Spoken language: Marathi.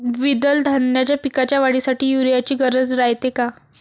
द्विदल धान्याच्या पिकाच्या वाढीसाठी यूरिया ची गरज रायते का?